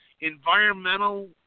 environmental